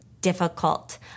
difficult